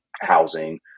housing